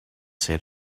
said